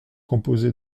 composé